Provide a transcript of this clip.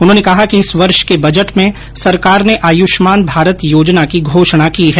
उन्होंने कहा कि इस वर्ष के बजट में सरकार ने आयुष्मान भारत योजना की घोषणा की है